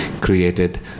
created